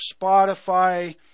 Spotify